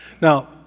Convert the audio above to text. Now